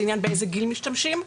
זה עניין של באיזה גיל משתמשים בהם.